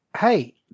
Hey